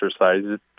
exercises